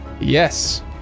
Yes